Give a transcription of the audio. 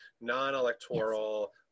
non-electoral